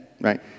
right